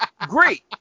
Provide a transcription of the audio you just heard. great